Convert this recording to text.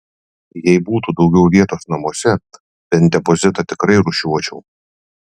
jei būtų daugiau vietos namuose bent depozitą tikrai rūšiuočiau